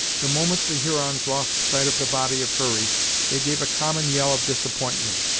the moment the hurons lost sight of the body of hurry they gave a common yell of disappointment,